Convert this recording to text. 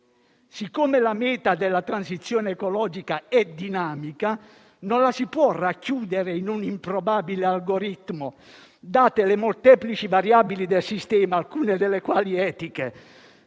Siccome la meta della transizione ecologica è dinamica, non la si può racchiudere in un improbabile algoritmo, date le molteplici variabili del sistema (alcune delle quali etiche),